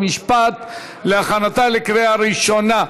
חוק ומשפט להכנתה לקריאה ראשונה.